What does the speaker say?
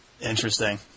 Interesting